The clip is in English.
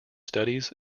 studies